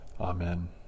Amen